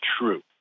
true